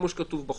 כמו שכתוב בחוק,